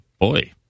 Boy